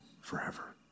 forever